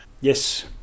Yes